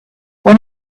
when